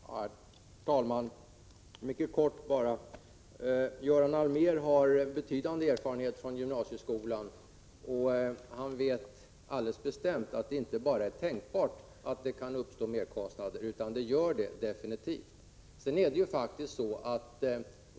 Herr talman! Mycket kort: Göran Allmér har betydande erfarenhet från gymnasieskolan och vet alldeles bestämt att det inte bara är tänkbart att det kan uppstå merkostnader, utan att så definitivt är fallet.